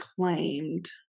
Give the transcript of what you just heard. claimed